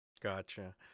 gotcha